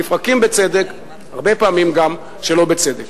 לפרקים בצדק והרבה פעמים גם שלא בצדק.